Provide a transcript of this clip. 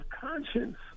conscience